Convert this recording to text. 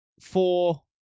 four